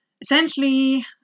essentially